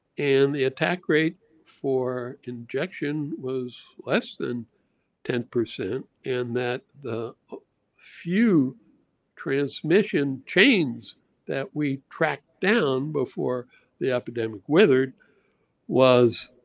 and the attack rate for injection was less than ten. and that the few transmission chains that we tracked down before the epidemic withered was